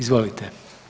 Izvolite.